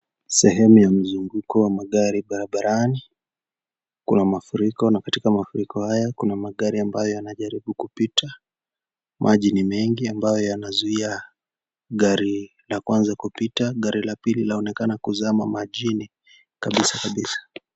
Sehemu ya mzunguko wa magari barabarani kuna mafuliko na katika mafuliko haya Kuna magari ambao Yana karibu kupita maji ni mengi ambao yanazuia gari la kwanza kupita gari la pili linaonekana kuzamia majini kabisa kabisa.